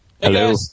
Hello